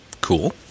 Cool